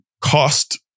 cost